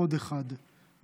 עוד אחד,